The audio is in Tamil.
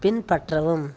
பின்பற்றவும்